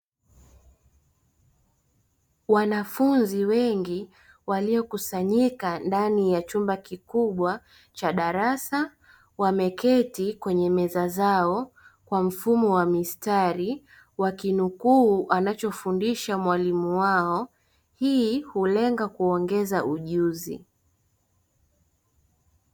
Wanafuzi wengi waliokusanyika ndani ya chumba kikubwa cha darasa wameketi kwenye meza zao kwa mfumo wa mistari wakinukuu anacho fundisha mwalimu wao, hii hulenga kuongeza ujuzi.